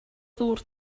ddŵr